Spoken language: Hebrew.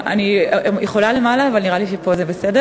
אני יכולה למעלה, אבל נראה לי שפה זה בסדר.